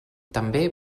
també